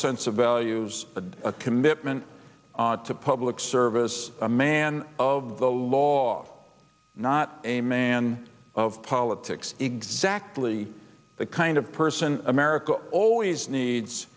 sense of values and a commitment to public service a man of the law not a man of politics exactly the kind of person america always